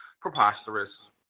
Preposterous